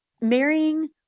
marrying